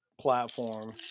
platform